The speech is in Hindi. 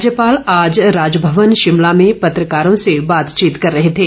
राज्यपाल आज राजभवन शिमला में पत्रकारों से बातचीत कर रहे थे